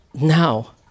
now